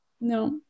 no